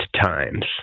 times